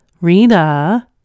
rita